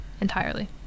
Entirely